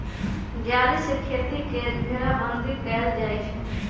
जाली से खेती के घेराबन्दी कएल जाइ छइ